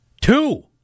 Two